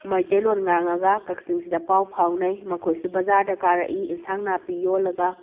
ꯃꯩꯇꯩ ꯂꯣꯟ ꯉꯥꯡꯉꯒ ꯀꯛꯆꯤꯡꯁꯤꯗ ꯄꯥꯎ ꯐꯥꯎꯅꯩ ꯃꯈꯣꯏꯁꯨ ꯕꯖꯥꯔꯗ ꯀꯥꯔꯛꯏ ꯏꯟꯁꯥꯡ ꯅꯥꯄꯤ ꯌꯣꯜꯂꯒ